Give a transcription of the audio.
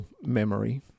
memory